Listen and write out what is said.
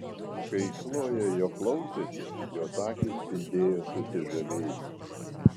kai chlojė jo klausėsi jos akys spindėjo susižavėjimu